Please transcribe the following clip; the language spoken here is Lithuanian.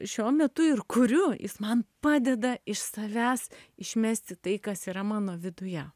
šiuo metu ir kuriu jis man padeda iš savęs išmesti tai kas yra mano viduje